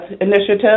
initiative